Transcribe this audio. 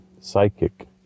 psychic